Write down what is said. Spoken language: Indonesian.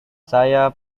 saya